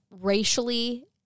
racially